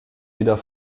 wieder